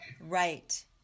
right